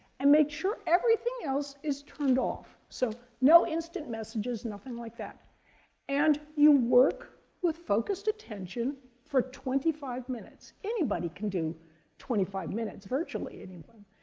and make sure everything else is turned off so, no instant messengers, nothing like that and you work with focused attention for twenty five minutes. anybody can do twenty five minutes, virtually anyone.